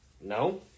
no